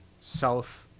south